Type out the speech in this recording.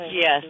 yes